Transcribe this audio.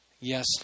Yes